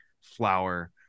flower